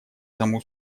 саму